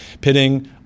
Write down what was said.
pitting